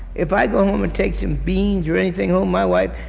if i go home and take some beans or anything home, my wife,